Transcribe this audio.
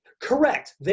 Correct